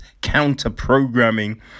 Counter-programming